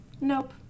nope